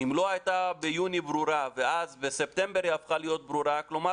אם לא הייתה ברורה ביוני והפכה להיות ברורה בספטמבר,